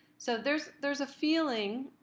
so there's there's a feeling